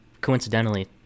coincidentally